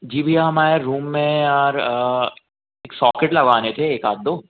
जी भैया हमारे रूम में यार एक सॉकेट लगवाने थे एक आध दो